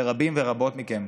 לרבים ורבות מכם,